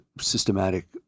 systematic